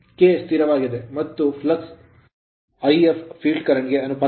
K ಸ್ಥಿರವಾಗಿದೆ ಮತ್ತು flux if field current ಗೆ ಅನುಪಾತದಲ್ಲಿದೆ